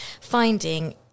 finding